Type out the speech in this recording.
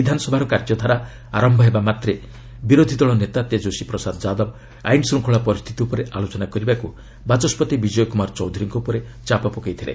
ବିଧାନସଭାର କାର୍ଯ୍ୟକାଳ ଆରମ୍ଭ ହେବା ମାତ୍ରେ ବିରୋଧି ଦଳ ନେତା ତେଜସ୍ୱୀ ପ୍ରସାଦ ଯାଦବ ଆଇନ ଶୃଙ୍ଖଳା ପରିସ୍ଥିତି ଉପରେ ଆଲୋଚନା କରିବାକୁ ବାଚସ୍କତି ବିଜୟ କୁମାର ଚୌଧୁରୀଙ୍କ ଉପରେ ଚାପ ପକାଇଥିଲେ